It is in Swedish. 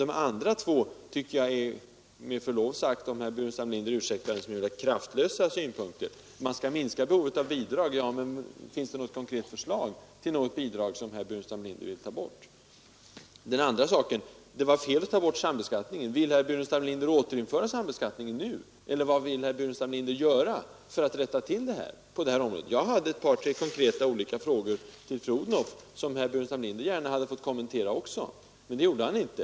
De andra två principerna tycker jag emellertid, om herr Burenstam Linder ursäktar, är en smula kraftlösa. Man skall minska behovet av bidrag. Ja, men finns det ett konkret förslag på något bidrag som herr Burenstam Linder vill ta bort? Och när det gäller herr Burenstam Linders uttalande att det var fel att slopa sambeskattningen frågar jag: Vill herr Burenstam Linder återinföra sambeskattningen nu eller vad vill herr Burenstam Linder göra för att rätta till förhållandena på det här området? Jag hade ett par tre konkreta frågor till fru Odhnoff som herr Burenstam Linder gärna hade fått kommentera också, men det gjorde han inte.